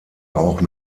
auch